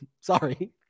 sorry